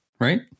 right